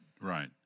Right